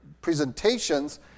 presentations